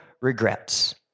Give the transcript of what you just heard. regrets